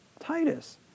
Titus